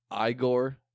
Igor